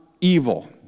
evil